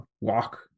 walk